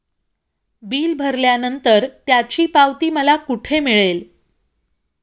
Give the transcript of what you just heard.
Bill भरल्यानंतर त्याची पावती मला कुठे मिळेल?